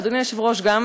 אדוני היושב-ראש, גם